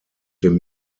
dem